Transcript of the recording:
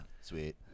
Sweet